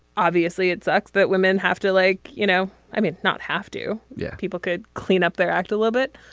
obviously it sucks that women have to like you know i mean not have to. yeah people could clean up their act a little bit.